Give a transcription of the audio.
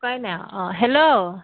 উপায় নাই অঁ হেল্ল'